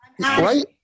right